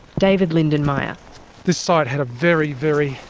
david lindenmayer this site had a very, very,